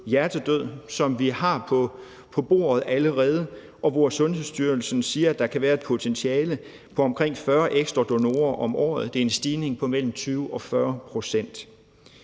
hjertedød, som vi har på bordet allerede, og hvor Sundhedsstyrelsen siger at der kan være et potentiale på omkring 40 ekstra donorer om året. Det er en stigning på mellem 20 og 40 pct.